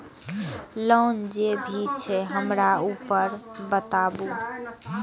Loan जे भी छे हमरा ऊपर बताबू?